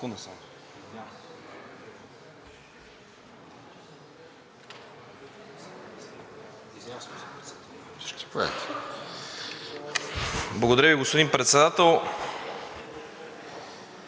Благодаря Ви, господин Председател.